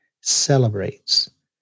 celebrates